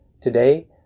Today